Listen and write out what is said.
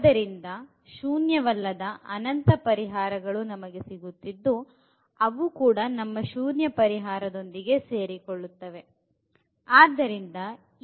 ಆದ್ದರಿಂದ ಶೂನ್ಯವಲ್ಲದ ಅನಂತ ಪರಿಹಾರಗಳು ನಮಗೆ ಸಿಗುತ್ತಿದ್ದು ಅವು ಕೂಡ ನಮ್ಮ ಶೂನ್ಯ ಪರಿಹಾರಗಳೊಂದಿಗೆ ಸೇರಿಕೊಳ್ಳುತ್ತವೆ